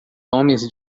homens